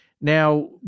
Now